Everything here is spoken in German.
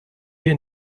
hier